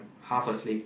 half asleep